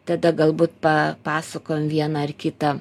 tada galbūt pa pasakojam vieną ar kitą